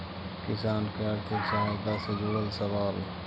किसान के आर्थिक सहायता से जुड़ल सवाल?